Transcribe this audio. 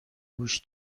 گوش